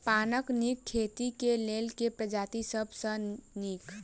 पानक नीक खेती केँ लेल केँ प्रजाति सब सऽ नीक?